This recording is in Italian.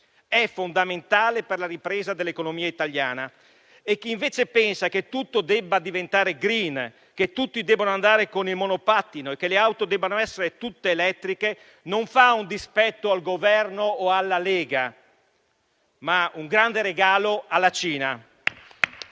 fondamentali per la ripresa dell'economia italiana e chi invece pensa che tutto debba diventare *green*, che tutti debbano andare con il monopattino e che le auto debbano essere tutte elettriche, non fa un dispetto al Governo o alla Lega, ma un grande regalo alla Cina.